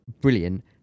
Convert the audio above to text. Brilliant